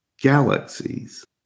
galaxies